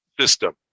system